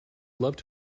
loved